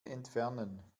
entfernen